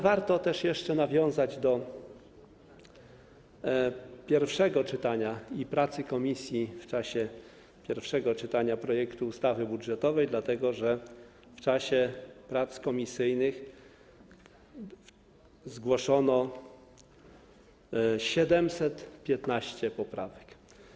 Warto jeszcze nawiązać do pierwszego czytania i pracy komisji w czasie pierwszego czytania projektu ustawy budżetowej, dlatego że w czasie prac komisyjnych zgłoszono 715 poprawek.